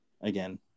again